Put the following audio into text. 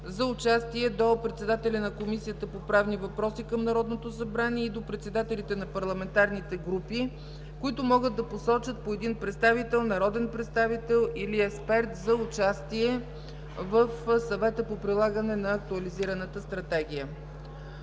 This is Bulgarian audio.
за участие до председателя на Комисията по правни въпроси към Народното събрание и до председателите на парламентарните групи, които могат да посочат по един представител, народен представител или експерт за участие в Съвета по прилагане на актуализираната стратегия.